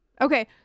Okay